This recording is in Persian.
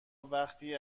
وقتی